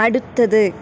അടുത്തത്